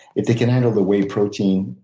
if they can handle the whey protein,